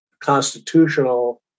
constitutional